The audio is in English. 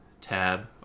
TAB